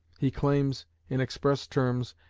he claims, in express terms,